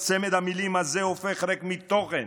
צמד המילים הזה הופך ריק מתוכן.